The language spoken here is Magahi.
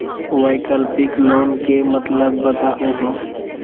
वैकल्पिक लोन के मतलब बताहु हो?